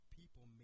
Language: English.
people